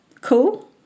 Cool